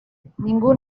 ningú